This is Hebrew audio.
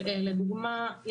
לדוגמה,